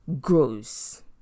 grows